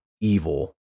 evil